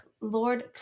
Lord